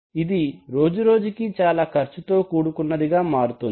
ఇది రోజురోజుకీ చాలా ఖర్చుతో కూడుకున్నదిగా మారుతోంది